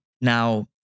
Now